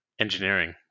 engineering